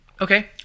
Okay